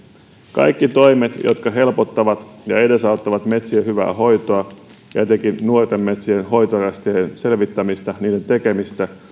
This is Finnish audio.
kaikki toimet ja muutokset jotka helpottavat ja edesauttavat metsien hyvää hoitoa ja etenkin nuorten metsien hoitorästien selvittämistä ja niiden tekemistä ja